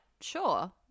sure